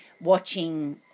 watching